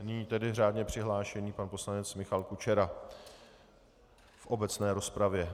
Nyní tedy řádně přihlášený pan poslanec Michal Kučera v obecné rozpravě.